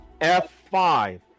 F5